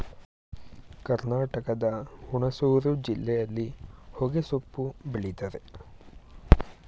ಕರ್ನಾಟಕದ ಹುಣಸೂರು ಜಿಲ್ಲೆಯಲ್ಲಿ ಹೊಗೆಸೊಪ್ಪು ಬೆಳಿತರೆ